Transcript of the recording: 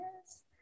Yes